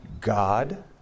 God